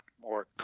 more